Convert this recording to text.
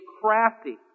crafty